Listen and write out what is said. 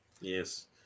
Yes